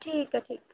ਠੀਕ ਹੈ ਠੀਕ ਹੈ